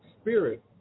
spirit